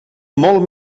molt